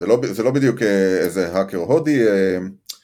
זה לא בדיוק איזה האקר הודי